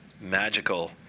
magical